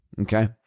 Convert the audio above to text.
Okay